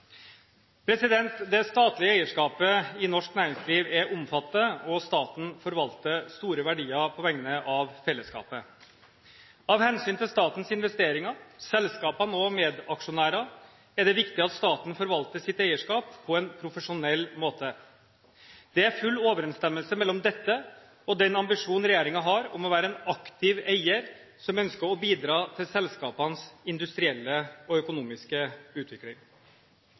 Det statlige eierskapet i norsk næringsliv er omfattende, og staten forvalter store verdier på vegne av fellesskapet. Av hensyn til statens investeringer, selskapene og medaksjonærer er det viktig at staten forvalter sitt eierskap på en profesjonell måte. Det er full overensstemmelse mellom dette og den ambisjon regjeringen har om å være en aktiv eier som ønsker å bidra til selskapenes industrielle og økonomiske utvikling.